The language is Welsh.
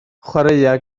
chwaraea